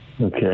Okay